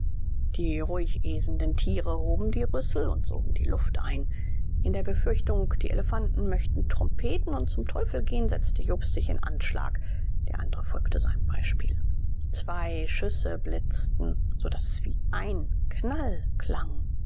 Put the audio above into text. die ruhig äsenden tiere hoben die rüssel und sogen die luft ein in der befürchtung die elefanten möchten trompeten und zum teufel gehen setzte jobst sich in anschlag der andere folgte seinem beispiel zwei schüsse blitzten so daß es wie ein knall klang